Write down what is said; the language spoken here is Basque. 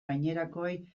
gainerakoei